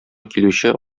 килүче